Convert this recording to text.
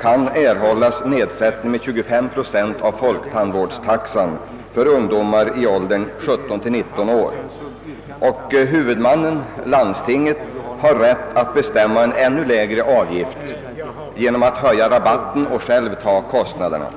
kan erhållas nedsättning med 25 procent av folktandvårdstaxan för ungdomar i åldern 17—19 år. Och huvudmannen, landstinget, har rätt att bestämma ännu lägre avgifter genom att höja rabatten och ta kostnaden.